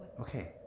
Okay